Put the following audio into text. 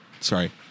Sorry